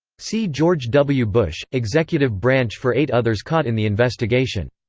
see george w. bush, executive branch for eight others caught in the investigation.